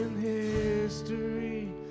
history